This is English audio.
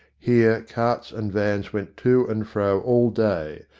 here carts and vans went to and fro all day,